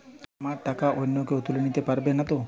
আমার টাকা অন্য কেউ তুলে নিতে পারবে নাতো?